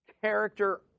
Character